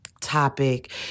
topic